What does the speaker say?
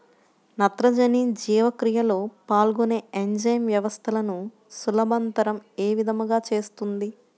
నత్రజని జీవక్రియలో పాల్గొనే ఎంజైమ్ వ్యవస్థలను సులభతరం ఏ విధముగా చేస్తుంది?